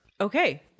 Okay